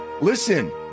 Listen